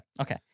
Okay